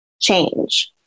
change